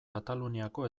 kataluniako